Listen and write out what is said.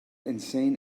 insane